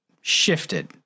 shifted